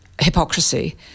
hypocrisy